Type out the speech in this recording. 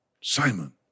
Simon